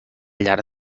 llarg